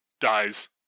dies